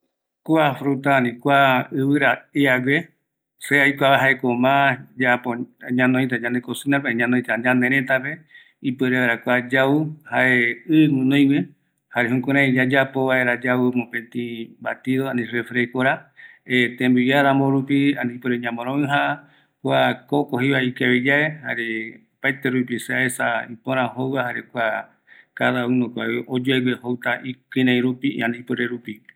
﻿Kua fruta ani ɨvɨra iague, se aikuava jaeko ma äpo ñanoita yande cosinape jare ñanoita ñanerëtape upuere vaera kua yau iguinoiguë jare jukurai yayapo vaera yau mopeti batido ani refresco tembiu iarambo rupi ani ipuere ñomoroija, kua kokomjeiva ikaviyae jare opaete rupi se aes ipora jouva jare cada unoko oyuegue jouta ikirei rupi ani ipuere rupi